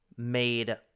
made